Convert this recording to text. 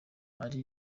ari